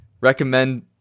Recommend